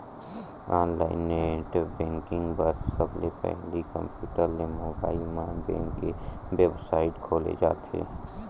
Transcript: online net banking बर सबले पहिली कम्प्यूटर ते मोबाईल म बेंक के बेबसाइट खोले जाथे